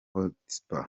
hotspur